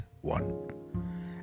one